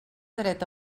dret